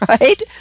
right